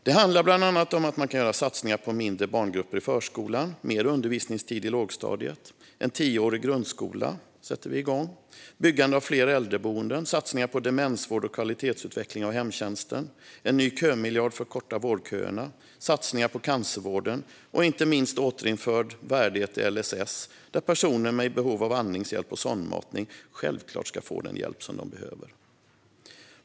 Det handlar bland annat om satsningar på mindre barngrupper i förskolan, mer undervisningstid i lågstadiet, en tioårig grundskola, byggande av fler äldreboenden, satsningar på demensvård och kvalitetsutveckling av hemtjänsten, en ny kömiljard för att korta vårdköerna, satsningar på cancervården och inte minst återinförd värdighet i LSS, där personer i behov av andningshjälp och sondmatning självklart ska få den hjälp de behöver.